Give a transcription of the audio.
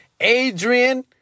Adrian